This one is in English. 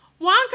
Wonka